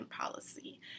policy